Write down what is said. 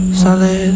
solid